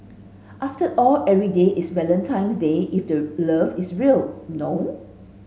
after all every day is Valentine's Day if the love is real no